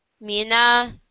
Mina